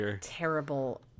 Terrible